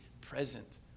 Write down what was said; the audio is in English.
present